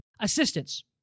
assistance